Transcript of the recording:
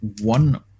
one